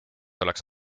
oleks